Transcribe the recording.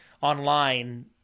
online